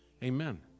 amen